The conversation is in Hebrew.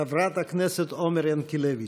חברת הכנסת עומר ינקלביץ'.